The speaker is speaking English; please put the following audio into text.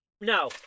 No